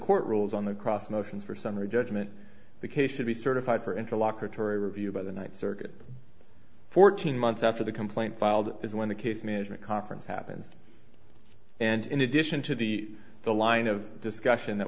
court rules on the cross motions for summary judgment the case should be certified for interlocutory review by the ninth circuit fourteen months after the complaint filed is when the case management conference happens and in addition to the the line of discussion that